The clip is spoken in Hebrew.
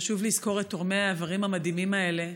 חשוב לזכור את תורמי האיברים המדהימים האלה,